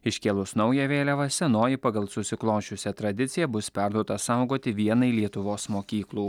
iškėlus naują vėliavą senoji pagal susiklosčiusią tradiciją bus perduota saugoti vienai lietuvos mokyklų